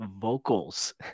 vocals